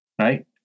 right